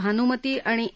भानुमती आणि ए